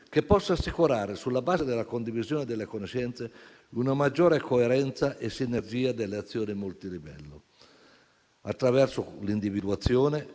che possa assicurare, sulla base della condivisione delle conoscenze, una maggiore coerenza e sinergia delle azioni multilivello attraverso l'individuazione